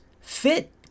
fit